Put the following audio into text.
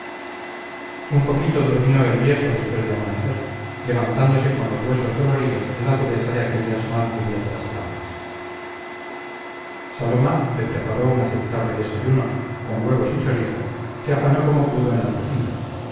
un poquito durmió el viejo después de amanecer levantándose con los huesos doloridos de la dureza de aquellas mal cubiertas tablas saloma le preparó un aceptable desayuno con huevos y chorizo que afanó como pudo en la cocina